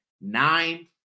nine